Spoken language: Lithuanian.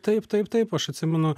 taip taip taip aš atsimenu